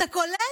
אתה קולט?